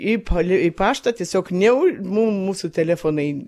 įpuolių į paštą tiesiog neu mum mūsų telefonai